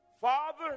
Father